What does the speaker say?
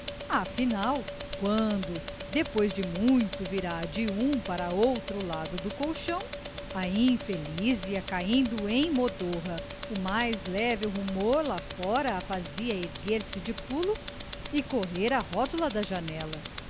afinal quando depois de muito virar de um para outro lado do colchão a infeliz ia caindo em modorra o mais leve rumor lá fora a fazia erguer-se de pulo e correr à rótula da janela